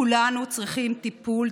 כולנו צריכים טיפול.